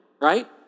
right